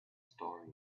story